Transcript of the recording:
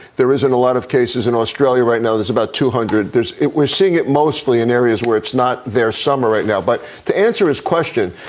there isn't a lot of cases in australia right now. there's about two hundred. there's it we're seeing it mostly in areas where it's not their summer right now. but to answer this question,